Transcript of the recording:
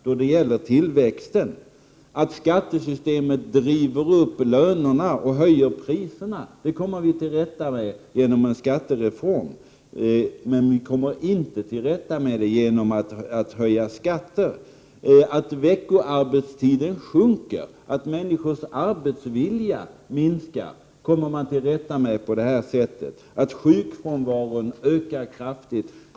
Dessutom är skattesystemet sådant att Prot. 1988/89:125 lönerna drivs upp och priserna höjs. Men allt detta kan vi råda bot på genom 31 maj 1989 en skattereform. Men det handlar då inte om att höja skatterna. Veckoarbetstiden liksom människors arbetsvilja minskar. Men sådant kan påverkas genom den föreslagna åtgärden. Sjukfrånvaron ökar kraftigt.